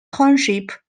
township